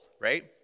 right